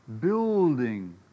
building